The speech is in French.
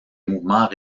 mouvement